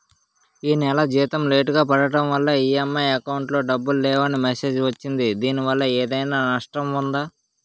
ఈ నెల జీతం లేటుగా పడటం వల్ల ఇ.ఎం.ఐ అకౌంట్ లో డబ్బులు లేవని మెసేజ్ వచ్చిందిదీనివల్ల ఏదైనా నష్టం ఉందా?